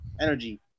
energy